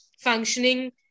functioning